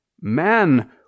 man